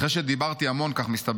אחרי שדיברתי המון, כך מסתבר,